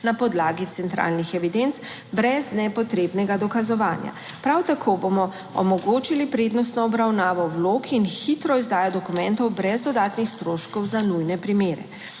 na podlagi centralnih evidenc brez nepotrebnega dokazovanja. Prav tako bomo omogočili prednostno obravnavo vlog in hitro izdajo dokumentov brez dodatnih stroškov za nujne primere.